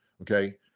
Okay